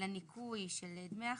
לניכוי של דמי החבר,